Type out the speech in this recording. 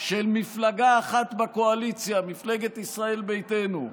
של מפלגה אחת בקואליציה, מפלגת ישראל ביתנו,